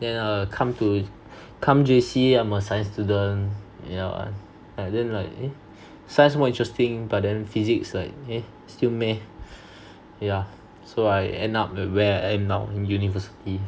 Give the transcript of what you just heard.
then uh come to come J_C I'm a science student yeah and then like eh science more interesting but then physics like eh still meh yeah so I end up at where I am now in university